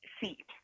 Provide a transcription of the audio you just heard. seat